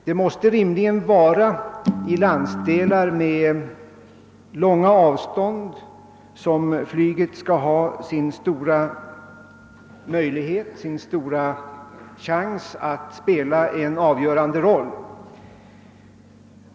Det måste rimligen vara i landsdelar med långa avstånd, som flyget skall ha sitt särskilda berättigande.